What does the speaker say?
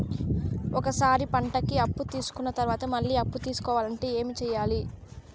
ఒక సారి పంటకి అప్పు తీసుకున్న తర్వాత మళ్ళీ అప్పు తీసుకోవాలంటే ఏమి చేయాలి?